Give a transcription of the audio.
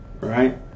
right